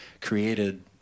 created